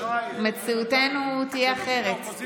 מציאותנו תהיה אחרת.